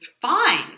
fine